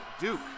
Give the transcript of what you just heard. Duke